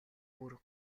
бүр